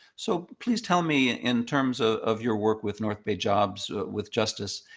so please tell me, in terms ah of your work with north bay jobs with justice,